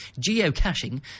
geocaching